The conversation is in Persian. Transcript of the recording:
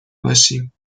باشیم